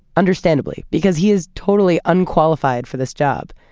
understandably, because he is totally unqualified for this job,